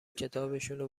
کتابشونو